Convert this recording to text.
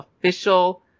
official